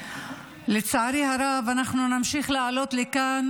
לצערי הרב אנחנו נמשיך לעלות לכאן